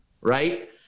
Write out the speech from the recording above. right